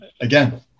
again